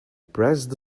pressed